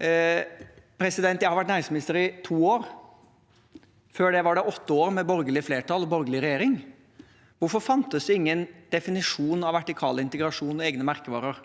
Jeg har vært næringsminister i to år. Før det var det åtte år med borgerlig flertall og borgerlig regjering. Hvorfor fantes det ingen definisjon av vertikal integrasjon og egne merkevarer?